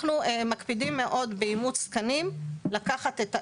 אנחנו מקפידים מאוד באימוץ תקנים לקחת את הערך,